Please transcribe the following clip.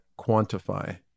quantify